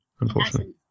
unfortunately